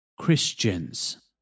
Christians